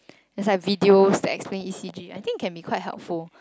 there's like videos that explain E_C_G I think can be quite helpful